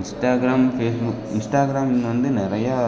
Instagram Facebook Instagram வந்து நிறையா